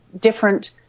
different